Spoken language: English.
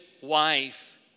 wife